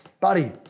buddy